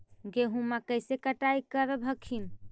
गेहुमा कैसे कटाई करब हखिन?